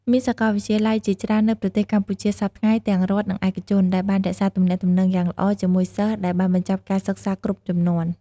មានសកលវិទ្យាល័យជាច្រើននៅប្រទេសកម្ពុជាសព្វថ្ងៃ ទាំងរដ្ឋ និងឯកជនដែលបានរក្សាទំនាក់ទំនងយ៉ាងល្អជាមួយសិស្សដែលបានបញ្ចប់ការសិក្សាគ្រប់ជំនាន់។